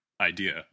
idea